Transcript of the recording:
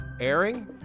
Airing